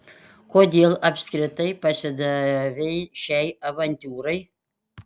kodėl apskritai pasidavei šiai avantiūrai